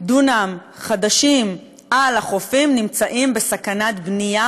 דונם חדשים על החופים נמצאים בסכנת בנייה,